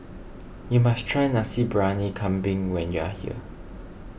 you must try Nasi Briyani Kambing when you are here